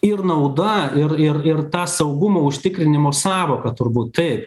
ir nauda ir ir ir ta saugumo užtikrinimo sąvoka turbūt taip